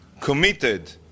committed